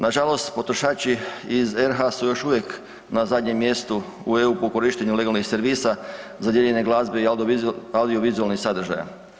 Nažalost potrošači iz RH su još uvijek na zadnjem mjestu u EU po korištenju legalnih servisa za dijeljenje glazbe i audiovizualnih sadržaja.